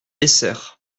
essert